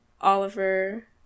oliver